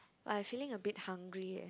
but I feeling a bit hungry eh